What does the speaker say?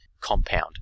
compound